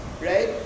right